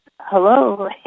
Hello